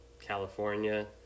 California